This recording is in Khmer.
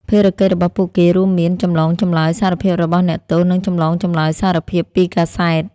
ភារកិច្ចរបស់ពួកគេរួមមាន ចម្លងចម្លើយសារភាពរបស់អ្នកទោស និងចម្លងចម្លើយសារភាពពីកាសែត។